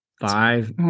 Five